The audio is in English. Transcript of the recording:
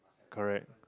correct